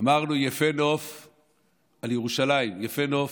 אמרנו על ירושלים: יפה נוף,